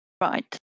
Right